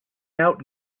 out